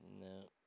No